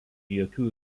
jokių